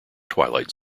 twilight